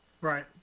Right